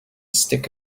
stick